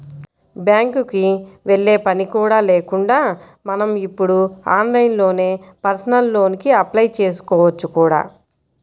బ్యాంకుకి వెళ్ళే పని కూడా లేకుండా మనం ఇప్పుడు ఆన్లైన్లోనే పర్సనల్ లోన్ కి అప్లై చేసుకోవచ్చు కూడా